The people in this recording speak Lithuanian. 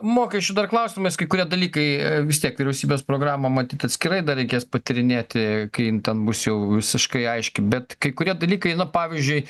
mokesčių dar klausimais kai kurie dalykai vis tiek vyriausybės programą matyt atskirai dar reikės patyrinėti kai ten bus jau visiškai aiški bet kai kurie dalykai na pavyzdžiui